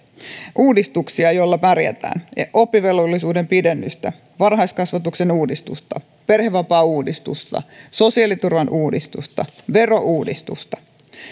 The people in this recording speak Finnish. uudistuksia joilla pärjätään oppivelvollisuuden pidennystä varhaiskasvatuksen uudistusta perhevapaauudistusta sosiaaliturvan uudistusta verouudistusta